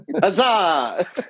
Huzzah